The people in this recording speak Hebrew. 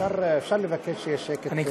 אפשר לבקש שיהיה שקט?